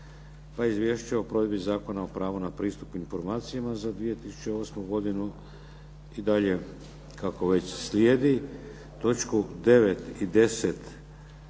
pa Izvješće o provedbi Zakona o pravu na pristup informacijama za 2008. godinu i dalje kako već slijedi. Točku 9. i 10.